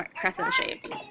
crescent-shaped